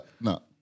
No